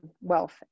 wealth